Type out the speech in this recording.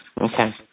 Okay